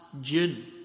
June